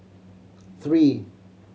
three